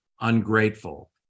ungrateful